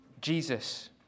Jesus